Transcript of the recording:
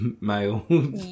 male